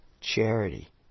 Charity